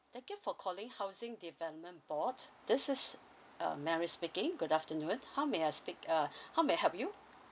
thank you for calling housing development board this is uh mary speaking good afternoon how may I speak uh how may I help you